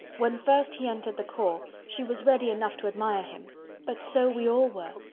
when first he entered the corps, she was ready enough to admire him but so we all were.